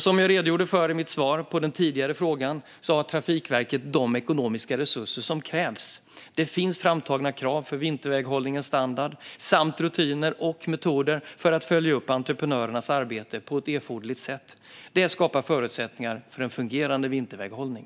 Som jag redogjorde för i mitt svar på den tidigare frågan har Trafikverket de ekonomiska resurser som krävs. Det finns framtagna krav för vinterväghållningens standard samt rutiner och metoder för att följa upp entreprenörernas arbete på ett erforderligt sätt. Det skapar förutsättningar för en fungerande vinterväghållning.